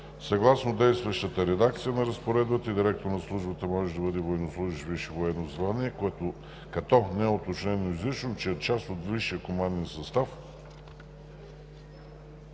Съгласно действащата редакция на разпоредбата директор на Службата може да бъде военнослужещ с висше военно звание, като не е уточнено изрично, че е част от висшия команден състав,